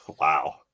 wow